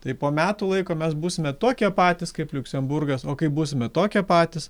tai po metų laiko mes būsime tokie patys kaip liuksemburgas o kaip būsime tokie patys